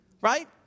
right